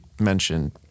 mentioned